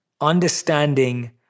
understanding